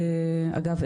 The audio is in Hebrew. אגב,